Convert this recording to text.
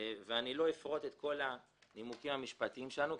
לא אפרוט את כל הנימוקים המשפטיים שלנו,